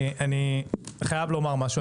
אני חייב לומר משהו,